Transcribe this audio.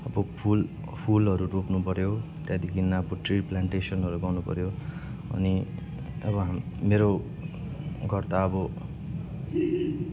अब फुलहरू रोप्नु पऱ्यो त्यहाँदेखि अब ट्री प्लान्टेसनहरू गर्नु पऱ्यो अनि अब हाम मेरो घर त अब